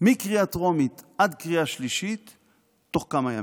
מקריאה טרומית עד קריאה שלישית תוך כמה ימים.